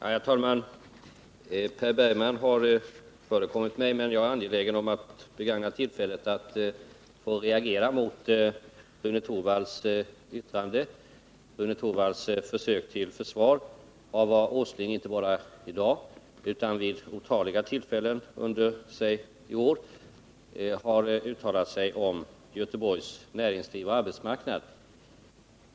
Herr talman! Per Bergman har förekommit mig, men jag är angelägen om att begagna tillfället att reagera mot Rune Torwalds yttrande och hans försök till försvar av vad Nils Åsling — inte bara i dag, utan vid otaliga tillfällen i år — har uttalat om Göteborgs näringsliv och arbetsmarknad.